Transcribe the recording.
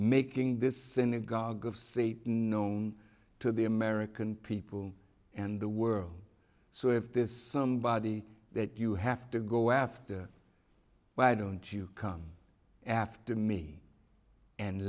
making this synagogue of satan known to the american people and the world so if there's somebody that you have to go after why don't you come after me and